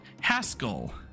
Haskell